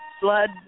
Blood